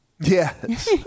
Yes